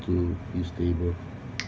till you stable